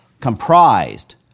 comprised